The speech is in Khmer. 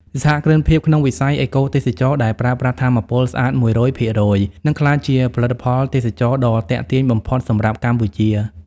សហគ្រិនភាពក្នុងវិស័យ "អេកូទេសចរណ៍" ដែលប្រើប្រាស់ថាមពលស្អាត ១០០% នឹងក្លាយជាផលិតផលទេសចរណ៍ដ៏ទាក់ទាញបំផុតសម្រាប់កម្ពុជា។